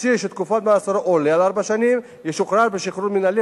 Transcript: אסיר שתקופת מאסרו עולה על ארבע שנים ישוחרר שחרור מינהלי